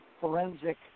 forensic